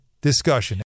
discussion